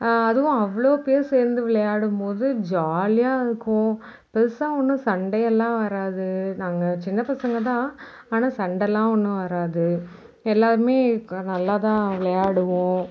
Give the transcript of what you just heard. அதுவும் அவ்வளோ பேர் சேர்ந்து விளையாடும் போது ஜாலியாக இருக்கும் பெரிசா ஒன்றும் சண்டையெல்லாம் வராது நாங்கள் சின்ன பசங்கள் தான் ஆனால் சண்டைலாம் ஒன்றும் வராது எல்லோருமே நல்லா தான் விளையாடுவோம்